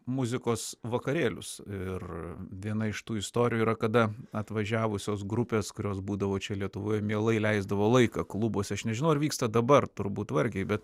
muzikos vakarėlius ir viena iš tų istorijų yra kada atvažiavusios grupės kurios būdavo čia lietuvoje mielai leisdavo laiką klubuose aš nežinau ar vyksta dabar turbūt vargiai bet